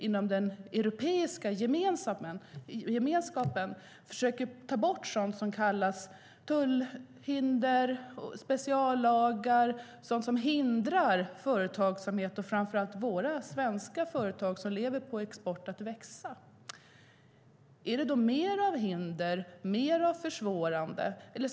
Inom europeiska gemenskapen försöker vi ta bort sådant som tullhinder och speciallagar, sådant som hindrar företagsamhet - framför allt våra svenska företag som lever på export - från att växa. Ska vi då ha mer av hinder, mer av försvåranden?